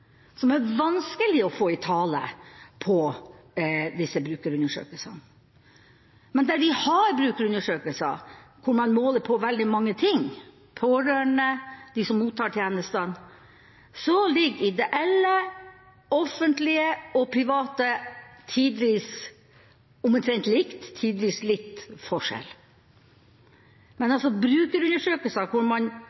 det er vanskelig å få i tale i disse brukerundersøkelsene. Men der de har brukerundersøkelser, der man måler veldig mange ting – pårørende, de som mottar tjenestene – ligger ideelle, offentlige og private tidvis omtrent likt, tidvis med litt forskjell. Men